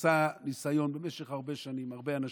נעשה ניסיון במשך הרבה שנים, הרבה אנשים.